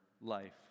life